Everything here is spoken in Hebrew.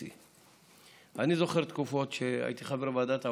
C. אני זוכר תקופות שהייתי חבר בוועדת העבודה,